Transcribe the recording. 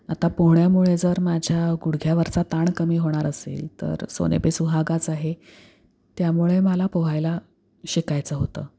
आता पोहण्यामुळे जर माझ्या गुडघ्यावरचा ताण कमी होणार असेल तर सोने पे सूहागाच आहे त्यामुळे मला पोहायला शिकायचं होतं